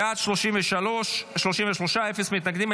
בעד, 33, אפס מתנגדים.